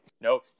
Nope